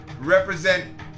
represent